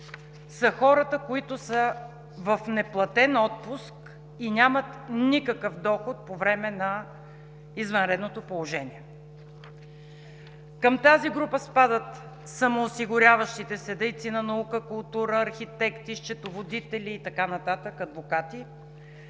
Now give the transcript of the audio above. са хората, които са в неплатен отпуск и нямат никакъв доход по време на извънредното положение. Към тази група спадат: самоосигуряващите се дейци на науката, културата, архитектите, счетоводителите и така нататък, адвокатите,